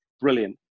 brilliant